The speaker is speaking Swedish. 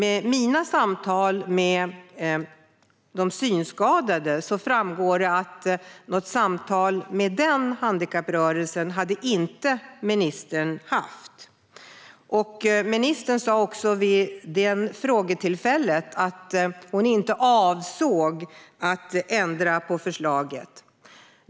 I mina samtal med de synskadade framgår att något samtal med denna handikapprörelse hade ministern inte haft. Ministern sa också vid frågetillfället att hon inte avsåg att ändra förslaget.